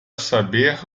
saber